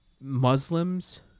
Muslims